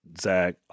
Zach